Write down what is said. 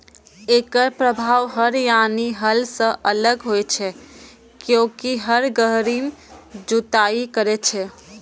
एकर प्रभाव हर यानी हल सं अलग होइ छै, कियैकि हर गहींर जुताइ करै छै